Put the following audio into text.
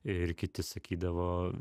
ir kiti sakydavo